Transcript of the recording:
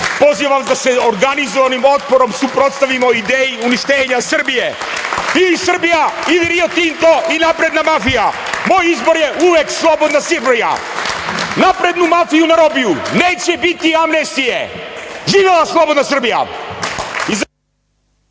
pozivam vas da se organizovanim otporom suprotstavimo ideji, uništenja Srbije ili Srbija ili „Rio Tinto“, ili napredna mafija. Moj izbor je uvek slobodna Srbija. Naprednu mafiju na robiju, neće biti amnestije. Živela slobodna Srbija!